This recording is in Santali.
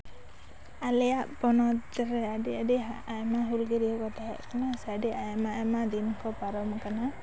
ᱟᱞᱮᱭᱟᱜ ᱯᱚᱱᱚᱛ ᱨᱮ ᱟᱹᱰᱤ ᱟᱹᱰᱤ ᱟᱭᱢᱟ ᱦᱩᱞᱜᱟᱹᱨᱭᱟᱹ ᱠᱚ ᱛᱟᱦᱮᱸᱠᱟᱱᱟ ᱥᱮ ᱟᱹᱰᱤ ᱟᱭᱢᱟ ᱟᱭᱢᱟ ᱫᱤᱱ ᱠᱚ ᱯᱟᱨᱚᱢᱟᱠᱟᱱᱟ